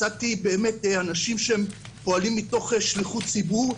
מצאתי אנשים שהם פועלים מתוך שליחות ציבור,